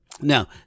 Now